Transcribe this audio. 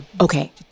Okay